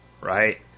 right